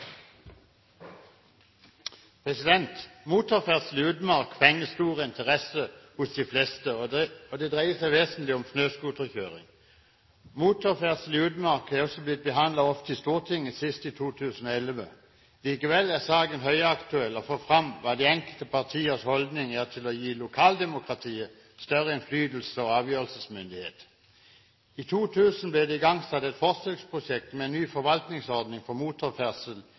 også ofte blitt behandlet i Stortinget, senest i 2011. Likevel er det høyaktuelt å få fram hva de enkelte partiers holdning er til å gi lokaldemokratiet større innflytelse og avgjørelsesmyndighet. I 2000 ble det igangsatt et forsøksprosjekt med ny forvaltningsordning for motorferdsel